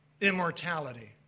Immortality